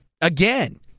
again